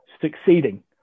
succeeding